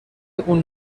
اون